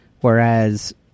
whereas